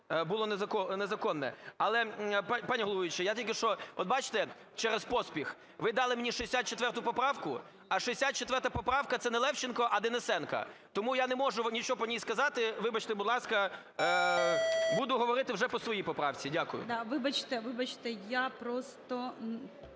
було незаконне. Але, пані головуюча, я тільки що… От бачите? Через поспіх: ви дали мені 64 поправку, а 64 поправка – це не Левченка, а Денисенка. Тому я не можу нічого по ній сказати. Вибачте, будь ласка, буду говорити вже по своїй поправці. Дякую. ГОЛОВУЮЧИЙ.